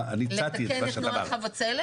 לתקן את נוהל חבצלת?